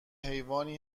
حیوان